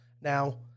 Now